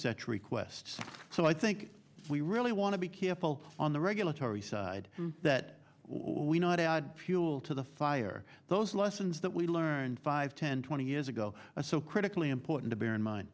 such requests so i think we really want to be careful on the regulatory side that we not fuel to the fire those lessons that we learned five ten twenty years ago so critically important to bear in mind